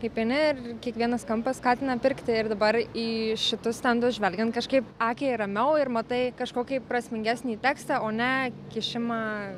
kaip eini ir kiekvienas kampas skatina pirkti ir dabar į šitus stendus žvelgiant kažkaip akiai ramiau ir matai kažkokį prasmingesnį tekstą o ne kišimą